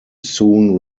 soon